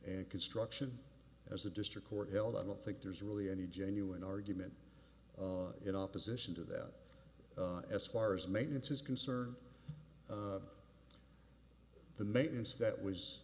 and construction as a district court held i don't think there's really any genuine argument in opposition to that as far as maintenance is concerned the maintenance that was